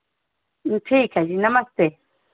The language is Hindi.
ठीक है जी नमस्ते